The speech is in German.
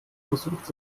versucht